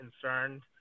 concerned